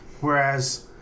whereas